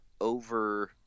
over